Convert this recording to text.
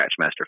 Scratchmaster